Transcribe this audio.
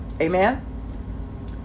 Amen